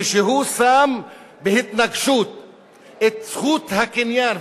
כשהוא שם בהתנגשות את זכות הקניין,